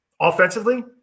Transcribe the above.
offensively